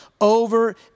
over